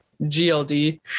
gld